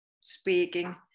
speaking